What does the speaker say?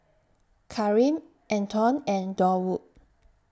Karim Antone and Durwood